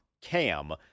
Cam